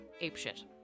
apeshit